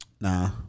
Nah